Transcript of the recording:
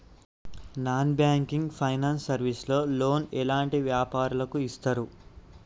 Non banking finance service లో loan ఎలాంటి వ్యాపారులకు ఇస్తరు?